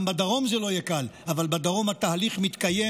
גם בדרום זה לא יהיה קל, אבל בדרום התהליך מתקיים.